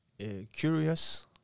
curious